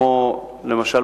למשל,